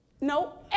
no